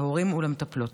להורים ולמטפלות.